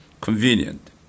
convenient